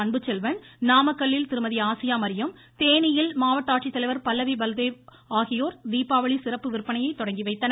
அன்புச்செல்வன் நாமக்கல்லில் திருமதி ஆசியா மரியம் தேனியில் மாவட்ட ஆட்சித்தலைவர் பல்லவி பல்தேவ் ஆகியோர் தீபாவளி சிறப்பு விற்பனையை தொடங்கிவைத்தனர்